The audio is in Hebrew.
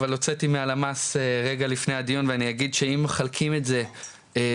אבל הוצאתי מהלמ"ס רגע לפני הדיון ואני אגיד שאם מחלקים את זה לפריפריה,